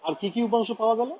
আর কি কি উপাংশ পাওয়া গেল